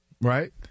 right